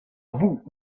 woot